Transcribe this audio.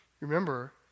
Remember